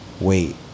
wait